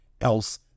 else